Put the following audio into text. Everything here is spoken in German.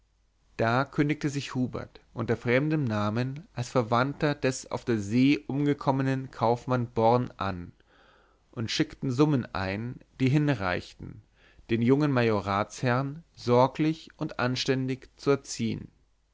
da kündigte sich hubert unter fremdem namen als verwandter des auf der see umgekommenen kaufmann born an und schickte summen ein die hinreichten den jungen majoratsherrn sorglich und anständig zu erziehn